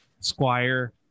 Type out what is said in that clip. squire